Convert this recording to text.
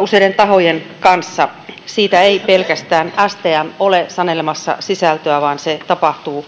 useiden tahojen kanssa siitä ei pelkästään stm ole sanelemassa sisältöä vaan se tapahtuu